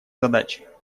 задачи